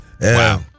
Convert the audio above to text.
Wow